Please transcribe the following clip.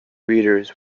readers